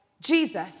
Jesus